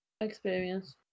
experience